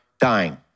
dying